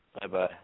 Bye-bye